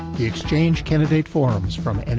the exchange candidate forums from and